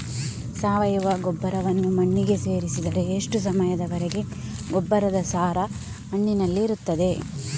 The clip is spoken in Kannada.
ಸಾವಯವ ಗೊಬ್ಬರವನ್ನು ಮಣ್ಣಿಗೆ ಸೇರಿಸಿದರೆ ಎಷ್ಟು ಸಮಯದ ವರೆಗೆ ಗೊಬ್ಬರದ ಸಾರ ಮಣ್ಣಿನಲ್ಲಿ ಇರುತ್ತದೆ?